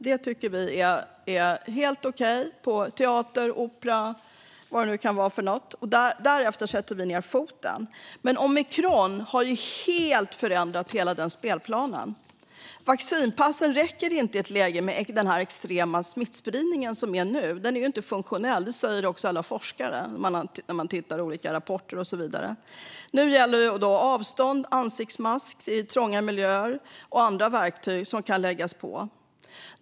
Det tycker vi är helt okej, på teater, opera och vad det nu kan vara. Därefter sätter vi ned foten. Men omikron har helt förändrat hela denna spelplan. Vaccinpassen räcker inte i ett läge med sådan extrem smittspridning som nu. Det är inte funktionellt; det säger också alla forskare i olika rapporter och så vidare. Nu gäller avstånd, ansiktsmask i trånga miljöer och andra verktyg som kan läggas på.